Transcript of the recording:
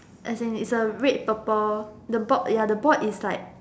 as in is a red purple the ball ya the ball is like